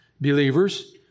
believers